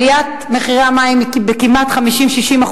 עליית מחירי המים בכמעט 50% 60%,